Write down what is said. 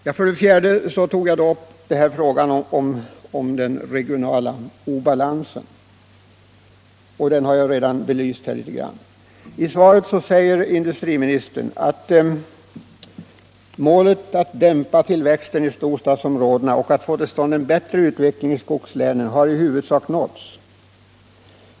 I interpellationen tog jag slutligen upp frågan om den regionala obalansen, och den har jag redan något belyst. I svaret säger industriministern: ”Målet att dämpa tillväxten i storstadsområdena och att få till stånd en bättre utveckling i skogslänen har i huvudsak nåtts.